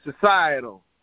societal